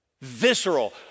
Visceral